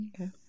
Okay